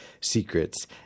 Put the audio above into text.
secrets